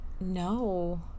No